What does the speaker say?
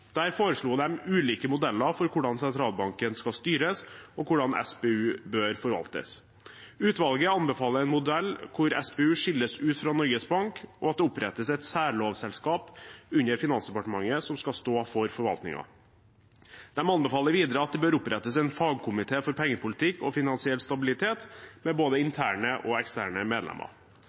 Der foreslo de ulike modeller for hvordan sentralbanken skal styres, og hvordan SPU bør forvaltes. Utvalget anbefaler en modell hvor SPU skilles ut fra Norges Bank, og at det opprettes et særlovselskap under Finansdepartementet som skal stå for forvaltningen. De anbefaler videre at det opprettes en fagkomité for pengepolitikk og finansiell stabilitet med både interne og eksterne medlemmer.